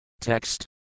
Text